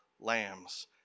lambs